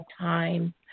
time